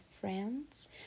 friends